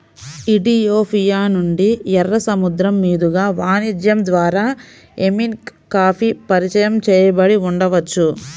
Ethiopia నుండి, ఎర్ర సముద్రం మీదుగా వాణిజ్యం ద్వారా ఎమెన్కి కాఫీ పరిచయం చేయబడి ఉండవచ్చు